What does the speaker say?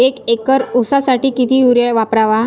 एक एकर ऊसासाठी किती युरिया वापरावा?